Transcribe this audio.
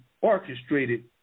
orchestrated